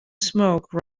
smoke